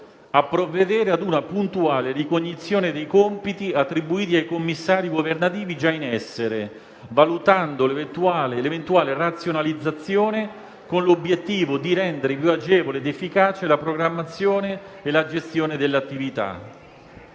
«a provvedere ad una puntuale ricognizione dei compiti attribuiti ai commissari governativi già in essere, valutando l'eventuale razionalizzazione, con l'obiettivo di rendere più agevole ed efficace la programmazione e la gestione dell'attività».